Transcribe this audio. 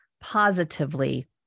positively